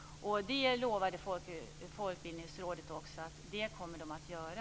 Det lovade Folkbildningsrådet också att man kommer att göra.